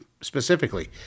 specifically